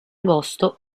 agosto